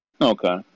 Okay